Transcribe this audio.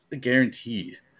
guaranteed